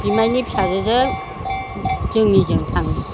बिमाइनि फिसाजोजों जोंनिजों थाङो